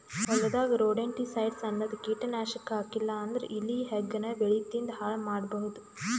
ಹೊಲದಾಗ್ ರೊಡೆಂಟಿಸೈಡ್ಸ್ ಅನ್ನದ್ ಕೀಟನಾಶಕ್ ಹಾಕ್ಲಿಲ್ಲಾ ಅಂದ್ರ ಇಲಿ ಹೆಗ್ಗಣ ಬೆಳಿ ತಿಂದ್ ಹಾಳ್ ಮಾಡಬಹುದ್